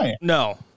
No